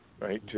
right